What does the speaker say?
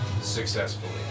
successfully